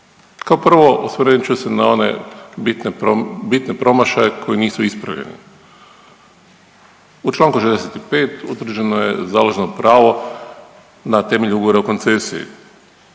Kao prvo, osvrnut ću se na one bitne promašaje koji nisu ispravljeni. U čl. 45 utvrđeno je založno pravo na temelju ugovora o koncesiji.